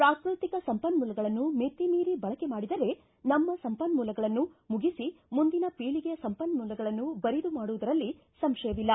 ಪ್ರಾಕೃತಿಕ ಸಂಪನ್ಮೂಲಗಳನ್ನು ಮಿತಿ ಮೀರಿ ಬಳಕೆ ಮಾಡಿದರೆ ನಮ್ಮ ಸಂಪನ್ಮೂಲಗಳನ್ನು ಮುಗಿಸಿ ಮುಂದಿನ ಪೀಳಿಗೆಯ ಸಂಪನ್ಮೂಲಗಳನ್ನು ಬರಿದು ಮಾಡುವುದರಲ್ಲಿ ಸಂಶಯವಿಲ್ಲ